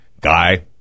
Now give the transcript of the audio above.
Guy